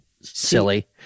silly